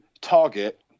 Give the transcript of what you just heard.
Target